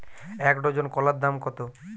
এক ডজন কলার দাম কত?